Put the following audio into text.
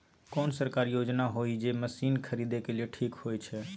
कोन सरकारी योजना होय इ जे मसीन खरीदे के लिए ठीक होय छै?